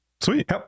Sweet